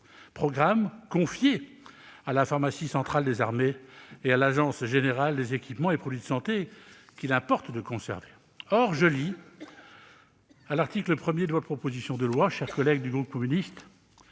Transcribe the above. serait confié à la pharmacie centrale des armées et à l'Agence générale des équipements et produits de santé, qu'il importe de conserver. Or l'article 1 de votre proposition de loi, chers collègues du groupe communiste,